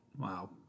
Wow